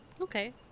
okay